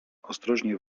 ostrożnie